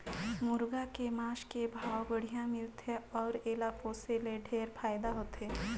मुरगा के मांस के भाव बड़िहा मिलथे अउ एला पोसे ले ढेरे फायदा होथे